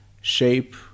shape